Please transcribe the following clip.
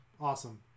Awesome